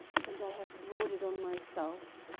and i have brought it on myself.